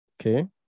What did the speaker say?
Okay